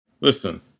listen